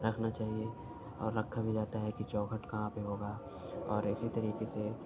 رکھنا چاہیے اور رکھا بھی جاتا ہے کہ چوکھٹ کہاں پہ ہوگا اور اسی طریقے سے